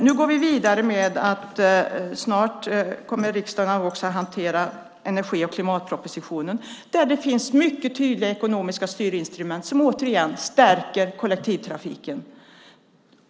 Nu går vi vidare, och snart kommer riksdagen att hantera energi och klimatpropositionen där det finns mycket tydliga ekonomiska styrinstrument som återigen stärker kollektivtrafiken.